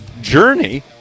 journey